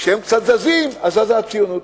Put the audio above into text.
כשהם קצת זזים, אז זזה הציונות.